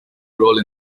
role